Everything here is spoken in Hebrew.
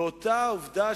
אותה עובדה,